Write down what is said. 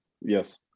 Yes